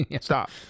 stop